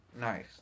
nice